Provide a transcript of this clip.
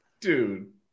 dude